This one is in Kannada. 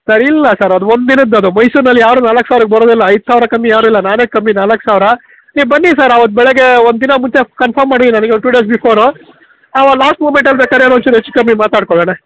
ಸರ್ ಇಲ್ಲ ಸರ್ ಅದು ಒಂದಿನದ್ದದು ಮೈಸೂರಿನಲ್ಲಿ ಯಾರೂ ನಾಲ್ಕು ಸಾವಿರಕ್ಕೆ ಬರೋದಿಲ್ಲ ಐದು ಸಾವಿರಕ್ಕೆ ಕಮ್ಮಿ ಯಾರೂ ಇಲ್ಲ ನಾನೇ ಕಮ್ಮಿ ನಾಲ್ಕು ಸಾವಿರ ನೀವು ಬನ್ನಿ ಸರ್ ಅವತ್ತು ಬೆಳಗ್ಗೆ ಒಂದಿನ ಮುಂಚೆ ಕನ್ಫರ್ಮ್ ಮಾಡಿ ನನಗೆ ಒಂದು ಟೂ ಡೇಸ್ ಬಿಫೋರು ಲಾಸ್ಟ್ ಮೊಮೆಂಟಲ್ಲಿ ಬೇಕಾದ್ರೆ ಒಂಚೂರು ಹೆಚ್ಚುಕಮ್ಮಿ ಮಾತಾಡ್ಕೊಳ್ಳೋಣ